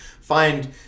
find